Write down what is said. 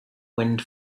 wind